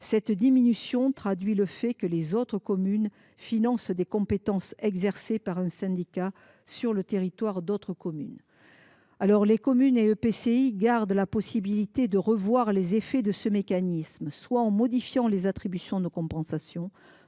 Cette baisse reflète le fait que ces autres communes financent des compétences exercées par un syndicat sur le territoire d’autres communes. Néanmoins, les communes et EPCI conservent la faculté de revoir les effets de ce mécanisme, soit en modifiant les attributions de compensation,